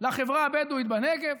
לחברה הבדואית בנגב.